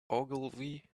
ogilvy